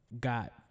got